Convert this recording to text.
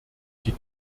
die